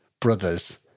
brothers